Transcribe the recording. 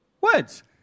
Words